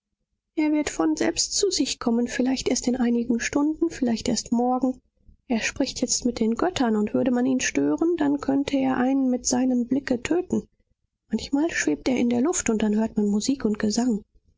er wird von selbst zu sich kommen vielleicht erst in einigen stunden vielleicht erst morgen er spricht jetzt mit den göttern und würde man ihn stören dann könnte er einen mit seinem blicke töten manchmal schwebt er in der luft und dann hört man musik und gesang